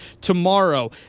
tomorrow